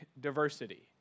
diversity